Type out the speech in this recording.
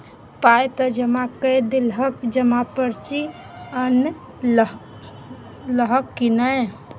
पाय त जमा कए देलहक जमा पर्ची अनलहक की नै